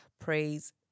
praise